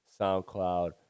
SoundCloud